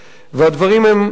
והדברים הם אלה: